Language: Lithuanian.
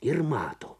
ir mato